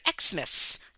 Xmas